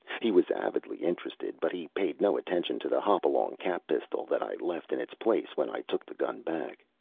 he was avidly interested but he paid no attention to the hopalong cap pistol that i left in its place when i took the gun back.